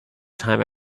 time